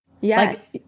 yes